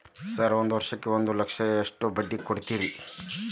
Sir ಒಂದು ವರ್ಷಕ್ಕ ಒಂದು ಲಕ್ಷಕ್ಕ ಎಷ್ಟು ಬಡ್ಡಿ ಕೊಡ್ತೇರಿ?